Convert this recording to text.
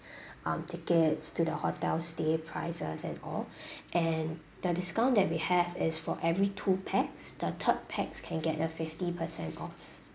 um tickets to the hotel stay prices and all and the discount that we have is for every two pax the third pax can get a fifty percent off